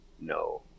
No